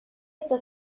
está